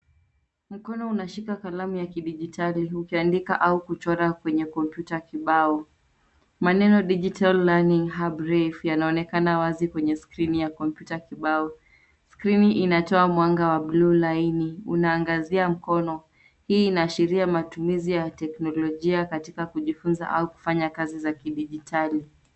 Mkono unashika kalamu ya kidijitali ukiandika au kuchora kwenye kompyuta kibao. Maneno digital learning hub reiff yanaonekana wazi kwenye skrini ya kompyuta kibao. Skrini inatoa mwanga wa blue laini unaangazia mkono. Hii inaashiria matumizi ya teknolojia katika kujifunza au kufanya kazi za kidijitali.